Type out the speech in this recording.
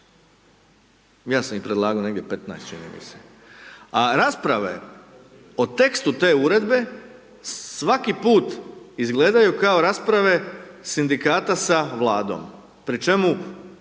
Ja sam ih predlagao negdje 15, čini mi se a rasprave o tekstu te uredbe svaki put izgledaju kao rasprave sindikata sa Vladom pri čemu